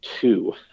two